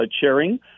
chairing